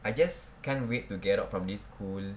I guess can't wait to get out from this school